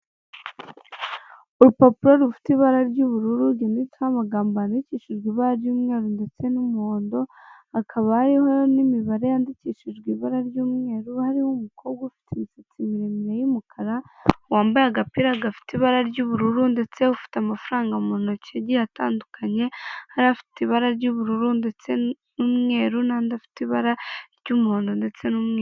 Urupapuro rufite ibara ry'ubururu rwanditseho amagambo yandikishijwe ibara ry'umweru ndetse n'umuhondo, hakaba hariho n'imibare yandikishijwe ibara ry'umweru, hariho umukobwa ufite imisatsi miremire y'umukara wambaye agapira gafite ibara ry'ubururu ndetse ufite amafaranga mu ntoki agiye atandukanye, hari afite ibara ry'ubururu ndetse n'umweru n'andi afite ibara ry'umuhondo ndetse n'umweru.